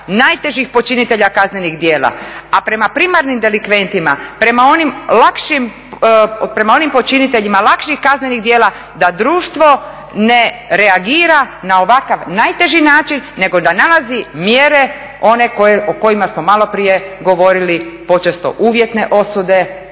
najtežih počinitelja kaznenih djela, a prema primarnim delikventima, prema onim počiniteljima lakših kaznenih djela da društvo ne reagira na ovakav najteži način nego da nalazi mjere, one o kojima smo maloprije govorili, počesto uvjetne osude